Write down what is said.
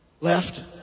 left